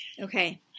okay